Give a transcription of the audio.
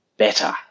better